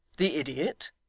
the idiot?